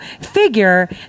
Figure